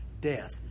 death